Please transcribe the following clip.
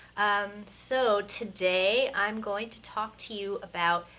um, so today i'm going to talk to you about,